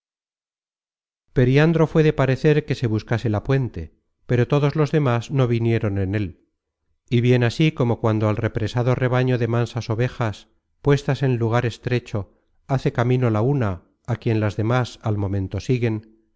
periandro fué de parecer que se buscase la puente pero todos los demas no vinieron en él y bien así como cuando al represado rebaño de mansas ovejas puestas en lugar estrecho hace camino la una á quien las demas al momento siguen